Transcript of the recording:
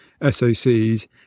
SoCs